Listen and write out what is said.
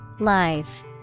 live